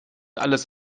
alles